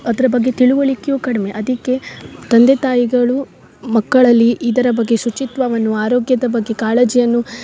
ಅದರ ಬಗ್ಗೆ ತಿಳುವಳಿಕೆಯು ಕಡ್ಮೆ ಅದಕ್ಕೆ ತಂದೆ ತಾಯಿಗಳೂ ಮಕ್ಕಳಲ್ಲಿ ಇದರ ಬಗ್ಗೆ ಶುಚಿತ್ವವನ್ನು ಆರೋಗ್ಯದ ಬಗ್ಗೆ ಕಾಳಜಿಯನ್ನು